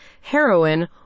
heroin